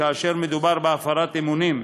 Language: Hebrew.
כאשר מדובר בהפרת אמונים,